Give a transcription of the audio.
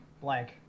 Blank